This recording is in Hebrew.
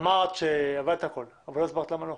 אמרת הכול אבל לא הסברת למה לא.